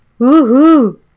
Woohoo